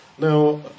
Now